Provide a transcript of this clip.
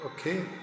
Okay